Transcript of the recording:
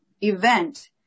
event